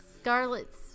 Scarlet's